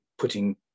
putting